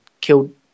killed